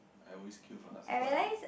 I always queue for nasi-padang